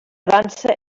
dansa